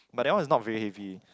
but that one is not very heavy